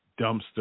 dumpster